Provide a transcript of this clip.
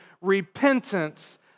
repentance